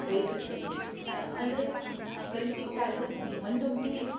ಬಯಸುತ್ತೇನೆ ಅಂದರೆ ಕಲಿತಿಟ್ಟಾಗ ಒಂದೊಮ್ಮೆ